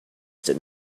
did